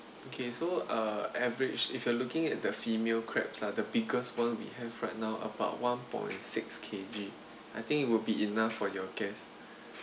okay so uh average if you are looking at the female crabs ah the biggest one we have right now about one point six K_G I think it will be enough for your guests